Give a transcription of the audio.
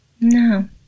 No